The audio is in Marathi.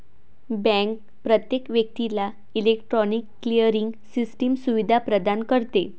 बँक प्रत्येक व्यक्तीला इलेक्ट्रॉनिक क्लिअरिंग सिस्टम सुविधा प्रदान करते